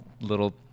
little